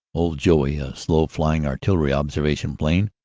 old joey, a slo v-flying artillery observation plane,